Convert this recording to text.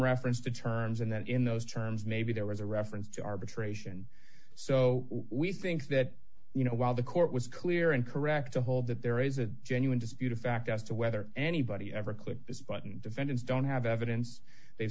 reference to terms and that in those terms maybe there was a reference to arbitration so we think that you know while the court was clear and correct to hold that there is a genuine dispute a fact as to whether anybody ever click this button defendants don't have evidence they